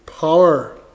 power